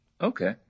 okay